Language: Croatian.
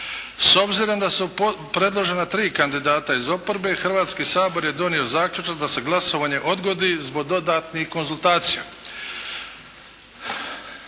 S obzirom da su predložena tri kandidata iz oporbe, Hrvatski sabor je donio zaključak da se glasovanje odgodi zbog dodatnih konzultacija.